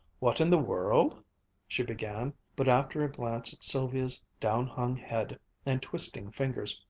what in the world she began, but after a glance at sylvia's down-hung head and twisting fingers,